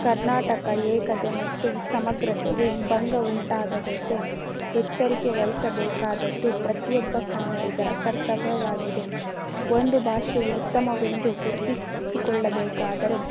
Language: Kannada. ಕರ್ನಾಟಕ ಏಕತೆ ಮತ್ತು ಸಮಗ್ರತೆಗೆ ಭಂಗ ಉಂಟಾಗದಂತೆ ಎಚ್ಚರಿಕೆ ವಹಿಸಬೇಕಾದದ್ದು ಪ್ರತಿಯೊಬ್ಬ ಕನ್ನಡಿಗರ ಕರ್ತವ್ಯವಾಗಿದೆ ಒಂದು ಭಾಷೆಯು ಉತ್ತಮವೆಂದು ಗುರುತಿಸಿಕೊಳ್ಳಬೇಕಾದರೆ